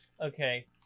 okay